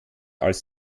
als